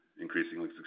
increasingly